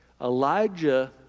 Elijah